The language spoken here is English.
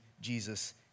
Jesus